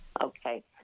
Okay